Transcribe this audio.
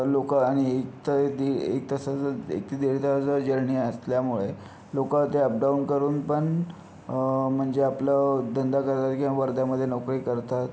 लोकं आणि एक तर ते एक तासाचा एक ते दीड तासाचा जर्नी असल्यामुळे लोकं ते अपडाऊन करून पण म्हणजे आपला धंदा करतात किंवा वर्ध्यामध्ये नोकरी करतात